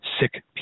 sick